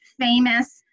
famous